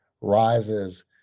rises